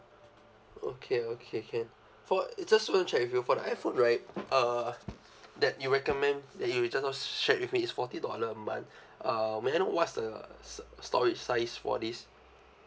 okay okay can for eh just want to check with you for the iphone right uh that you recommend that you just now shared with me is forty dollar a month uh may I know what's the s~ storage size for this